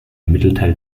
mittelteil